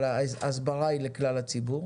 אבל ההסברה היא לכלל הציבור,